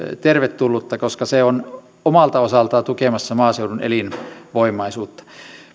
tervetullutta koska se on omalta osaltaan tukemassa maaseudun elinvoimaisuutta